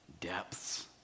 depths